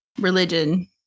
religion